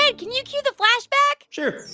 yeah can you cue the flashback? sure